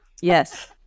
yes